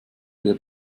der